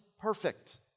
perfect